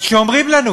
שאומרים לנו: